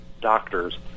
doctors